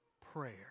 prayer